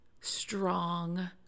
strong